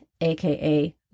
aka